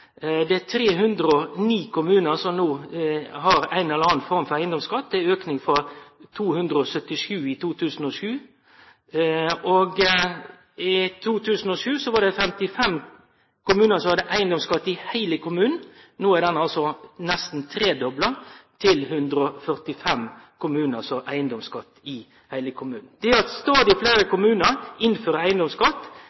frå 277 i 2007. I 2007 var det 55 kommunar som hadde eigedomsskatt i heile kommunen. No er det nesten tredobla – til 145 kommunar som har eigedomsskatt i heile kommunen. Det at stadig fleire